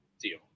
deal